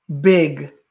big